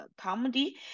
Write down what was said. comedy